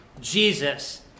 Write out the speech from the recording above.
Jesus